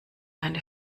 eine